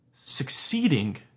Succeeding